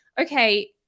okay